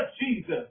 Jesus